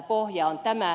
pohja on tämä